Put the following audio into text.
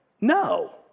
No